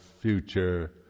future